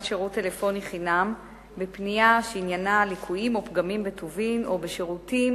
שירות טלפוני חינם בפנייה שעניינה ליקויים או פגמים בטובין או בשירותים